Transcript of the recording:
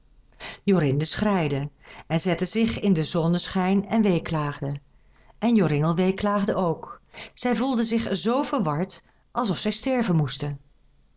jorinde schreide en zette zich in den zonneschijn en weeklaagde en joringel weeklaagde ook zij voelden zich zoo verward alsof zij sterven moesten